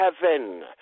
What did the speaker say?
heaven